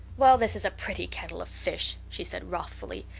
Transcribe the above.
well, this is a pretty kettle of fish, she said wrathfully.